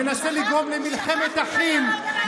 מנסה לגרום למלחמת אחים,